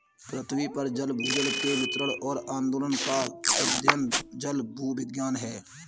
पृथ्वी पर जल भूजल के वितरण और आंदोलन का अध्ययन जलभूविज्ञान है